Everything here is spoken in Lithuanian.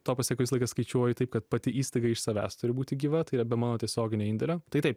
to pasekoj visą laiką skaičiuoji taip kad pati įstaiga iš savęs turi būti gyva tai yra be mano tiesioginio indėlio tai taip